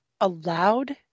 allowed